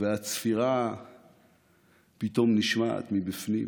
והצפירה פתאום נשמעת מבפנים,